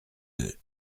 deux